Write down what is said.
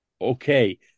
okay